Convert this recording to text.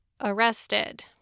arrested